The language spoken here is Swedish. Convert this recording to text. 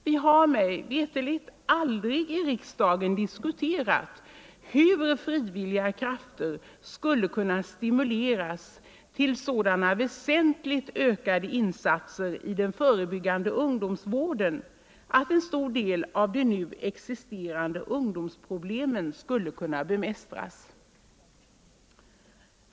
Vi har mig veterligt aldrig i riksdagen diskuterat hur - Nya former för frivilliga krafter skulle kunna stimuleras till sådana väsentligt ökade in — personligt ansvarssatser i den förebyggande ungdomsvården att en stor del av de nu exitagande och ideellt sterande ungdomsproblemen skulle kunna bemästras.